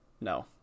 no